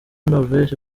norvege